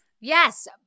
Yes